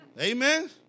Amen